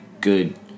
good